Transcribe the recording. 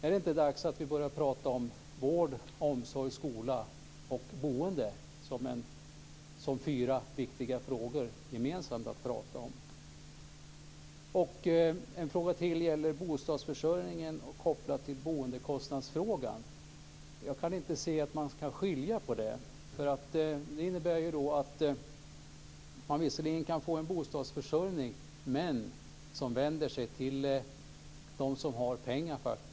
Är det inte dags att vi börjar prata om vård, omsorg, skola och boende som fyra viktiga frågor att se på gemensamt? En annan fråga gäller bostadsförsörjningen kopplat till boendekostnadsfrågan. Jag kan inte se att man kan skilja på det. Det innebär ju att man visserligen kan få en bostadsförsörjning men som faktiskt vänder sig till dem som har pengar.